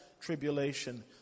tribulation